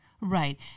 right